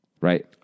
right